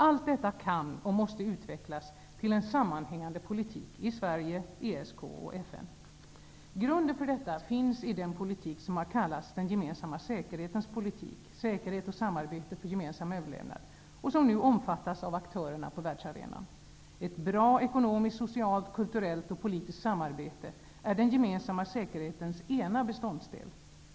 Allt detta kan och måste utvecklas till en sammanhängande politik i Sverige, ESK och FN. Grunden för detta finns i den politik som har kallats den gemensamma säkerhetens politik -- säkerhet och samarbete för gemensam överlevnad -- och som nu omfattas av aktörerna på världsarenan. Ett bra ekonomiskt, socialt, kulturellt och politiskt samarbete är den gemensamma säkerhetens ena beståndsdel.